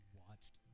watched